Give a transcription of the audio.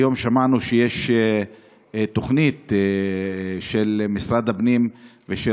היום שמענו שיש תוכנית של משרד הפנים ושל